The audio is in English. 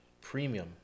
Premium